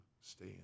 stay